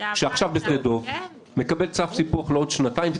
שעכשיו בשדה דב מקבל צו סיפוח לעוד שנתיים.